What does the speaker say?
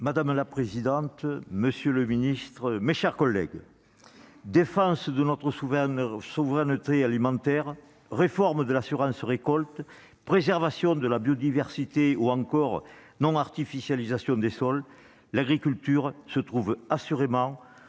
Madame la présidente, monsieur le ministre, mes chers collègues, défense de notre souveraineté alimentaire, réforme de l'assurance récolte, préservation de la biodiversité ou encore non-artificialisation des sols : l'agriculture se trouve assurément